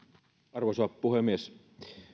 arvoisa puhemies